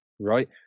right